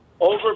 over